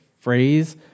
phrase